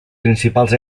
principals